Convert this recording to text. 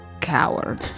coward